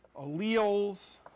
alleles